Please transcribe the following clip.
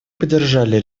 поддержали